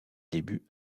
débuts